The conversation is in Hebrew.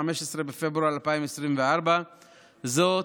15 בפברואר 2024. זאת,